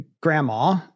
grandma